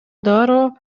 дароо